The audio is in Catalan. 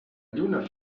lluna